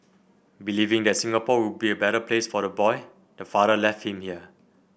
believing that Singapore would be a better place for the boy the father left him here